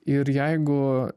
ir jeigu